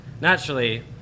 naturally